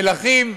מלכים,